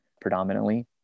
predominantly